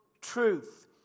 truth